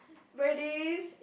ladies